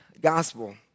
gospel